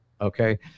okay